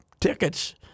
tickets